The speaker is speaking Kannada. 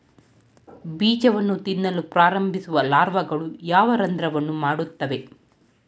ಬೀಜವನ್ನು ತಿನ್ನಲು ಪ್ರಾರಂಭಿಸುವ ಲಾರ್ವಾಗಳು ಯಾವ ರಂಧ್ರವನ್ನು ಮಾಡುತ್ತವೆ?